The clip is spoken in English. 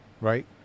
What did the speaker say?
right